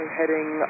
heading